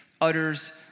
utters